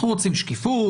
אנחנו רוצים שקיפות,